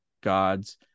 gods